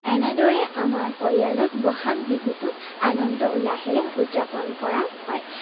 এনেদৰে আমাৰ পৰিয়ালত বহাগ বিহুটো আনন্দ উল্লাহেৰে উদযাপন কৰা হয়